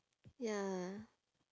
ya